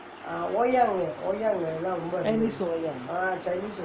chinese wayang